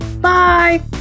Bye